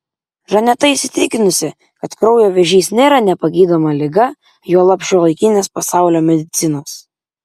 žaneta įsitikinusi kad kraujo vėžys nėra nepagydoma liga juolab šiuolaikinės pasaulio medicinos